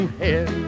head